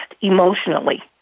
emotionally